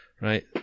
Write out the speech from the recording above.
Right